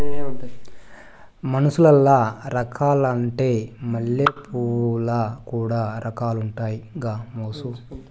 మనుసులల్ల రకాలున్నట్లే మల్లెపూలల్ల కూడా రకాలుండాయి గామోసు